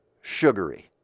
sugary